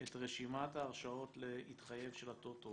את רשימת ההרשאות להתחייב של הטוטו,